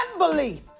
unbelief